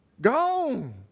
Gone